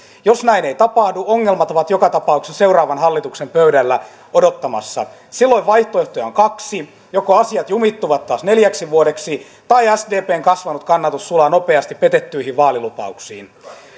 jos näin ei tapahdu ongelmat ovat joka tapauksessa seuraavan hallituksen pöydällä odottamassa silloin vaihtoehtoja on kaksi joko asiat jumittuvat taas neljäksi vuodeksi tai sdpn kasvanut kannatus sulaa nopeasti petettyihin vaalilupauksiin